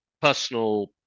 personal